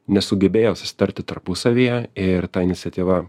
nesugebėjo susitarti tarpusavyje ir ta iniciatyva